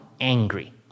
angry